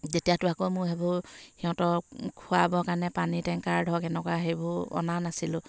তেতিয়াতো আকৌ মোৰ সেইবোৰ সিহঁতক খোৱাবৰ কাৰণে পানী টেংকাৰ ধৰক এনেকুৱা সেইবোৰ অনা নাছিলোঁ